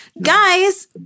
Guys